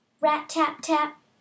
Rat-tap-tap